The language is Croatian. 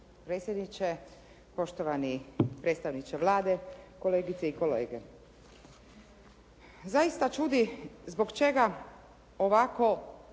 predsjedniče, poštovani predstavniče Vlade, kolegice i kolege. Zaista čudi zbog čega ovakvo